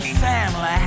family